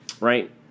right